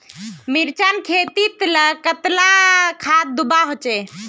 मिर्चान खेतीत कतला खाद दूबा होचे?